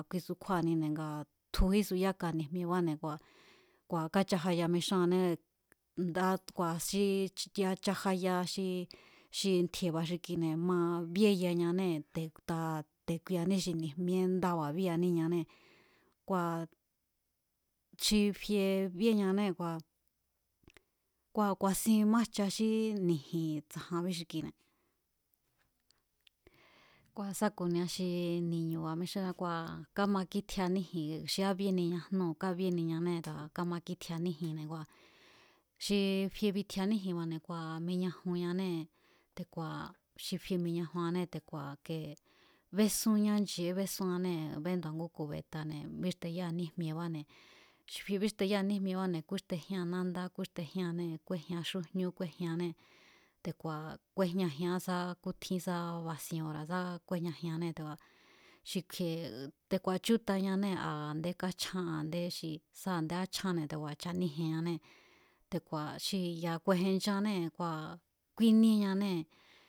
Kuisu kjúáa̱nine̱ ngaa̱ tjujísu yáka ni̱jmiebane̱ kua̱, kua̱ kachajaya mixúannée̱ ndá ku̱a̱ xi ya̱ chajaya xi xi ntji̱e̱ba̱ xi kine̱ ma bíéyañanée̱ te̱a̱ te̱ kuianí xi ni̱jmíé ndába̱ bíéaníanée̱ kua̱ xi fie bíéñanée̱ kua̱ kua̱ ku̱a̱sinmájcha xí ni̱ji̱n tsa̱janbí xi kine̱. Kua̱ sá ku̱nia xi ni̱ñu̱ba̱ mixúnra̱á xi kine̱, kámakítjiaa níji̱n kua̱ xi kábíénia jnúu̱ kabíénianée̱ te̱ku̱a̱ kámakítjia níjinne̱ kua̱ xi fie bitjiñaníji̱nne̱ba̱ne̱ kua̱ miñajunñanée̱ te̱ku̱a̱ xi fie miñajunñanee̱ te̱ku̱a̱ kee besúnñá nche̱é besúnñanée̱, béndu̱a̱ ngú kubeta̱ne̱ bíxteyáña níjmiebane̱ xi fie bíxteyáa níjmiebáne̱ kúíxtejían nándá kúíxtejíánnée̱ kúéjian xújñú kúéjiannée̱ te̱ku̱a̱ kúejñajian sá sá kútjín sá basien ora̱ sá kúéjñajiannée̱ te̱ku̱a̱ xi kju̱i̱e̱, te̱ku̱a̱ chútañanée̱ a a̱ndé kachjá a a̱ndé xi sá a̱ndé káchjánne̱ te̱ku̱a̱ chaníji̱e̱année̱, te̱ku̱a̱ xi ya̱aku̱e̱jenchannée̱ ngua̱ kúíníéñanée̱.